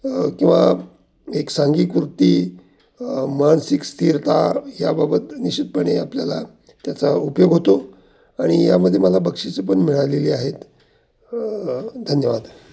किंवा एक सांघिक वृती मानसिक स्थिरता याबाबत निश्चितपणे आपल्याला त्याचा उपयोग होतो आणि यामध्ये मला बक्षीसं पण मिळालेली आहेत धन्यवाद